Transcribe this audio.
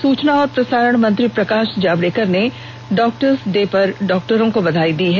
वहीं सूचना और प्रसारण मंत्री प्रकाश जावड़ेकर ने डॉक्टर दिवस पर डॉक्टरों को बधाई दी है